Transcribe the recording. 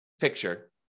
picture